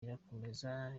irakomeza